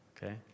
Okay